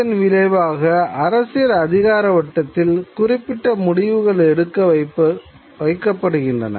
அதன் விளைவாக அரசியல் அதிகார வட்டத்தில் குறிப்பிட்ட முடிவுகள் எடுக்க வைக்கப்படுகின்றன